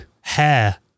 hair